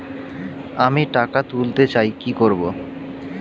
আমি টাকা তুলতে চাই কি করব?